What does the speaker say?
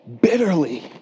bitterly